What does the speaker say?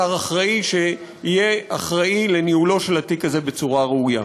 שר אחראי שיהיה אחראי לניהולו של התיק הזה בצורה ראויה.